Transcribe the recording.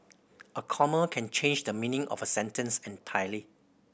a comma can change the meaning of a sentence entirely